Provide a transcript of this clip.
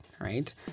right